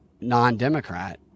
non-Democrat